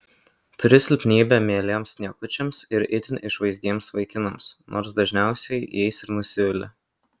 turi silpnybę mieliems niekučiams ir itin išvaizdiems vaikinams nors dažniausiai jais ir nusivili